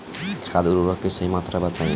खाद उर्वरक के सही मात्रा बताई?